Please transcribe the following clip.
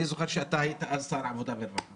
אני זוכר שהיית אז שר העבודה והרווחה